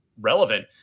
relevant